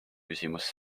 küsimus